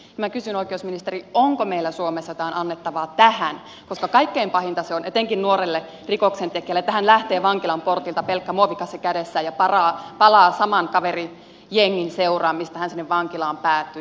minä kysyn oikeusministeri onko meillä suomessa jotain annettavaa tähän koska kaikkein pahinta se on etenkin nuorelle rikoksentekijälle että hän lähtee vankilan portilta pelkkä muovikassi kädessään ja palaa saman kaverijengin seuraan mistä hän sinne vankilaan päätyi